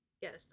Yes